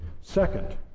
Second